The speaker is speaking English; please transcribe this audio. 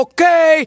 Okay